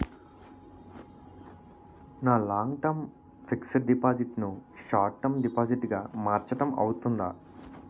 నా long term fixed deposit ను short term deposit గా మార్చటం అవ్తుందా?